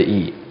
eat